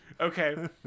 Okay